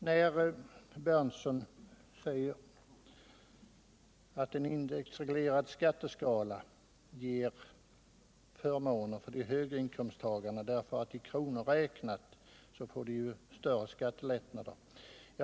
Nils Berndtson säger att en indexreglerad skatteskala ger förmåner för de högre inkomsttagarna därför att i kronor räknat får de större skattelättnader.